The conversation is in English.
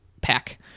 pack